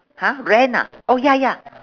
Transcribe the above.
!huh! rent ah oh ya ya